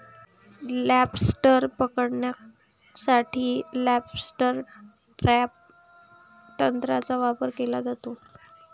lobster पकडण्यासाठी lobster trap तंत्राचा वापर केला जातो